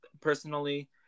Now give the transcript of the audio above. personally